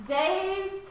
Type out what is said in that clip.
days